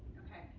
ok?